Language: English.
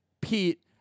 Pete